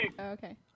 Okay